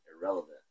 irrelevant